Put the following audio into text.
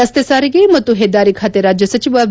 ರಸ್ತೆ ಸಾರಿಗೆ ಮತ್ತು ಹೆದ್ದಾರಿ ಖಾತೆ ರಾಜ್ಯ ಸಚಿವ ವಿ